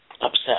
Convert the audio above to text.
upset